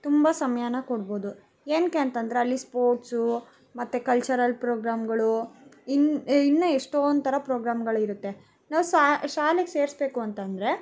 ತುಂಬ ಸಮಯಾನ ಕೊಡ್ಬೋದು ಏನಕ್ಕೆ ಅಂತಂದ್ರೆ ಅಲ್ಲಿ ಸ್ಪೋರ್ಟ್ಸು ಮತ್ತು ಕಲ್ಚರಲ್ ಪ್ರೋಗ್ರಾಮ್ಗಳು ಇನ್ ಇನ್ನೂ ಎಷ್ಟೊಂದು ಥರ ಪ್ರೋಗ್ರಾಮ್ಗಳಿರತ್ತೆ ನಾವು ಸಹ ಶಾಲೆಗೆ ಸೇರಿಸ್ಬೇಕು ಅಂತಂದರೆ